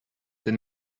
den